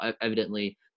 evidently